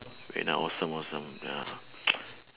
and ah awesome awesome ya